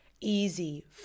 easy